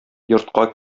йортка